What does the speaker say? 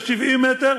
ל-70 מ"ר,